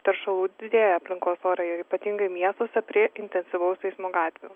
teršalų didėja aplinkos ore ir ypatingai miestuose prie intensyvaus eismo gatvių